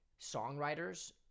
songwriters